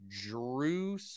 Drew